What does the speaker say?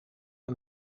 aan